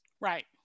Right